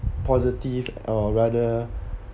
positive or rather